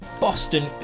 Boston